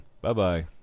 Bye-bye